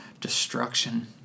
destruction